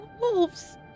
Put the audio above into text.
wolves